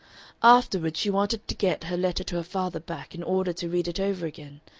afterward she wanted to get her letter to her father back in order to read it over again,